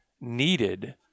needed